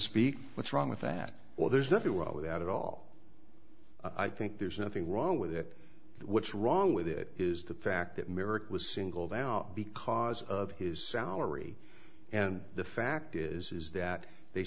speak what's wrong with that well there's nothing well without it all i think there's nothing wrong with it what's wrong with it is the fact that merrick was singled out because of his salary and the fact is is that they